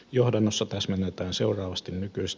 johdannossa täsmennetään seuraavasti